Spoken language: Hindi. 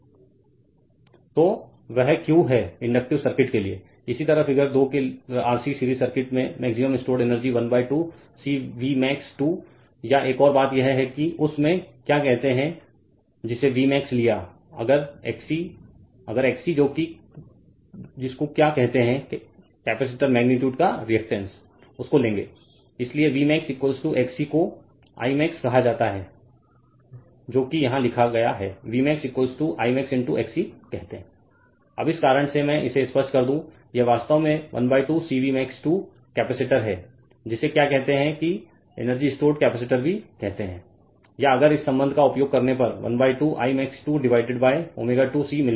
Refer Slide Time 1619 तो वह Q है इंडक्टिव सर्किट के लिए इसी तरह फिगर 2 के RC सीरीज सर्किट में मैक्सिमम स्टोर्ड एनर्जी 12 CVmax 2 या एक और बात यह है कि उस में क्या कहते है जिसे V max लिया अगर XC अगर XC जो की को क्या कहते हैं कपैसिटर मगनीटुड का रेअक्टैंस है उसको लेंगे इसलिए V max XC को I max कहा जाता है जो कि यहाँ लिखा गया है V max I max into XC कहते हैं Refer Slide Time 1656 अब इस कारण से मैं इसे स्पष्ट कर दूं यह वास्तव में 12 C V max 2 कैपेसिटर है जिसे क्या कहते है की एनर्जी स्टोर्ड कपैसिटर भी कहते है या अगर इस संबंध का उपयोग करने पर 12 I max 2 divided by ω2 C मिलेगा